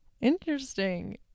Interesting